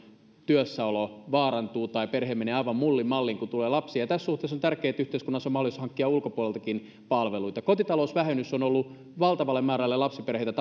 työssäolo vaarantuu tai perhe menee aivan mullin mallin kun tulee lapsia tässä suhteessa on tärkeää että yhteiskunnassa on mahdollisuus hankkia ulkopuoleltakin palveluita kotitalousvähennys on ollut valtavalle määrälle lapsiperheitä